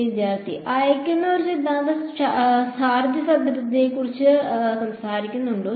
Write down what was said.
വിദ്യാർത്ഥി അയക്കുന്ന സിദ്ധാന്തം ഒരു ചാർജ് സാന്ദ്രതയെക്കുറിച്ച് സംസാരിക്കുന്നുണ്ടോ